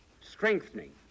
strengthening